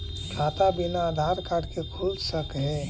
खाता बिना आधार कार्ड के खुल सक है?